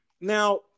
Now